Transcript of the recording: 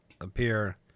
appear